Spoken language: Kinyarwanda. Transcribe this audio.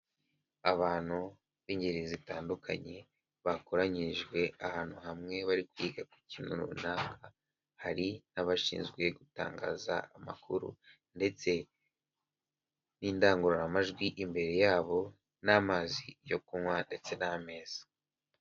Abantu b'ingeri zitandukanye bakoranyijwe ahantu hamwe bari kwiga ku kintu runaka hari n'abashinzwe gutangaza amakuru ndetse n'indangururamajwi imbere yabo n'amazi yo kunywa ndetse n'ameza.